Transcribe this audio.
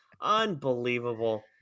unbelievable